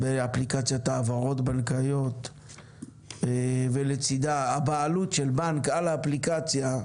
באפליקציית העברות בנקאיות ולצדה הבעלות של בנק על האפליקציה,